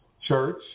Church